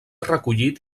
recollit